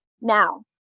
Now